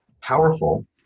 powerful